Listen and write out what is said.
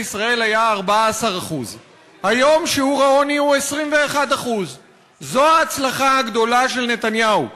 ישראל היה 14%; היום שיעור העוני הוא 21%. זו ההצלחה הגדולה של נתניהו,